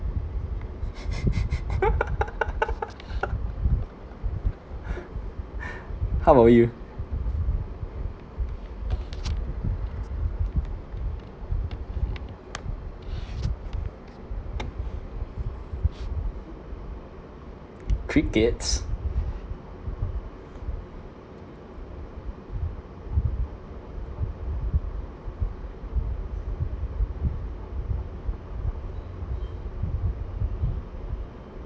how about you crickets